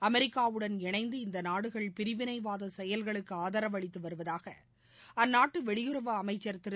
அமெரிக்காவுடன் இணைந்து இந்த நாடுகள் பிரிவினைவாத செயல்களுக்கு ஆதரவு தெரிவித்து வருவதாக அந்நாட்டு வெளியுறவு அமைச்சா் திரு